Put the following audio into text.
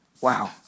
Wow